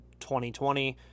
2020